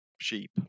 sheep